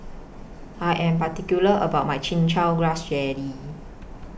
I Am particular about My Chin Chow Grass Jelly